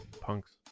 Punks